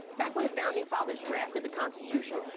back when the founding fathers drafted the constitution,